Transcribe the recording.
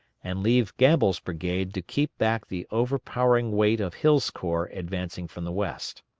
and leave gamble's brigade to keep back the overpowering weight of hill's corps advancing from the west.